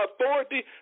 authority